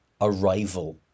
arrival